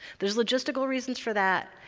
there's logistical reasons for that,